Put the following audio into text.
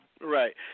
Right